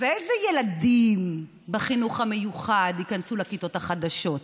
ואיזה ילדים בחינוך המיוחד ייכנסו לכיתות החדשות?